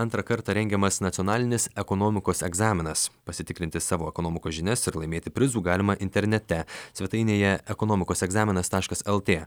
antrą kartą rengiamas nacionalinis ekonomikos egzaminas pasitikrinti savo ekonomikos žinias ir laimėti prizų galima internete svetainėje ekonomikos egzaminas taškas lt